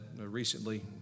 recently